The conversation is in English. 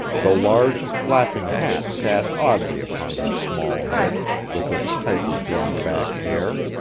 the large, flapping hat sat oddly upon her small head with its tightly drawn-back hair,